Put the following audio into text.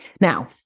Now